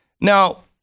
Now